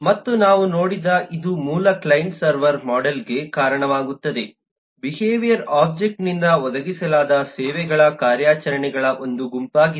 ಮತ್ತು ನಾವು ನೋಡಿದ ಇದು ಮೂಲ ಕ್ಲೈಂಟ್ ಸರ್ವರ್ ಮೋಡೆಲ್ ಗೆ ಕಾರಣವಾಗುತ್ತದೆ ಬಿಹೇವಿಯರ್ ಒಬ್ಜೆಕ್ಟ್ನಿಂದ ಒದಗಿಸಲಾದ ಸೇವೆಗಳ ಕಾರ್ಯಾಚರಣೆಗಳ ಒಂದು ಗುಂಪಾಗಿದೆ